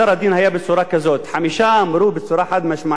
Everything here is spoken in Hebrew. בצורה חד-משמעית: החוק הזה איננו חוקתי,